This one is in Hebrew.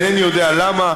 אינני יודע למה.